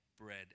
bread